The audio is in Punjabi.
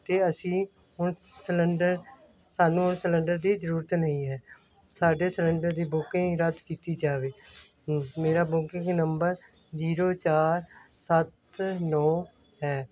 ਅਤੇ ਅਸੀਂ ਹੁਣ ਸਲੰਡਰ ਸਾਨੂੰ ਸਲੰਡਰ ਦੀ ਜ਼ਰੂਰਤ ਨਹੀਂ ਹੈ ਸਾਡੇ ਸਲੰਡਰ ਦੀ ਬੁਕਿੰਗ ਰੱਦ ਕੀਤੀ ਜਾਵੇ ਮੇਰਾ ਬੁਕਿੰਗ ਨੰਬਰ ਜੀਰੋ ਚਾਰ ਸੱਤ ਨੌਂ ਹੈ